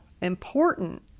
important